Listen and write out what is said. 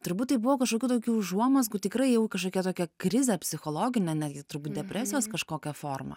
turbūt tai buvo kažkokių tokių užuomazgų tikrai jau kažkokia tokia krizė psichologinė netgi turbūt depresijos kažkokia forma